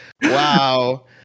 Wow